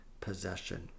possession